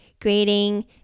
grading